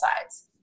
sides